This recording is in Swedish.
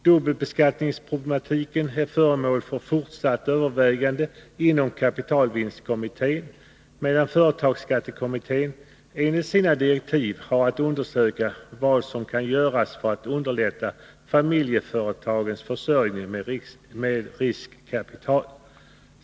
Dubbelbeskattningsproblematiken är föremål för fortsatt övervägande inom kapitalvinstkommittén, medan företagsskattekommittén enligt sina direktiv har att undersöka vad som kan göras för att underlätta familjeföretagens försörjning med riskkapital.